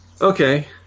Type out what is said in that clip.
Okay